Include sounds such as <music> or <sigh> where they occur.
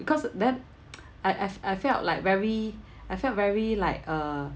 because then <noise> I I I felt like very I felt very like uh